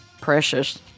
Precious